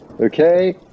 Okay